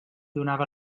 donava